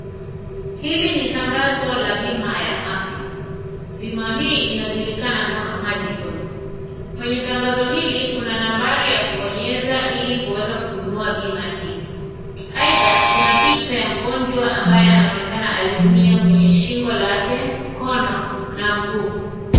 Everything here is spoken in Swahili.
Hili ni tangazo la bima ya afya, bima hii inajulikana kama Madison kwenye tangazo hili kuna nambari ya Kubonyeza ili kuweza kununua bima hii, aitha kuna picha ya mgonjwa ambaye anaonekana aliumia kwenye shingo lake, mkono na mguu.